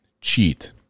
cheat